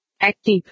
Active